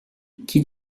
qui